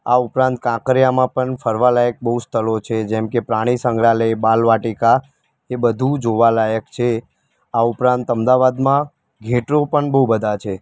આ ઉપરાંત કાંકરિયામાં પણ ફરવાલાયક બહુ સ્થળો છે જેમકે પ્રાણી સંગ્રહાલય બાલવાટિકા એ બધું જોવાલાયક છે આ ઉપરાંત અમદાવાદમાં થિયેટરો પણ બહુ બધા છે